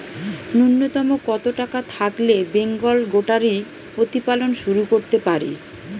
নূন্যতম কত টাকা থাকলে বেঙ্গল গোটারি প্রতিপালন শুরু করতে পারি?